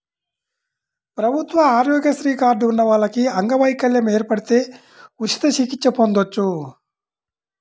ప్రభుత్వ ఆరోగ్యశ్రీ కార్డు ఉన్న వాళ్లకి అంగవైకల్యం ఏర్పడితే ఉచిత చికిత్స పొందొచ్చు